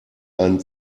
einen